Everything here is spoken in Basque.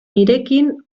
nirekin